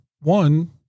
one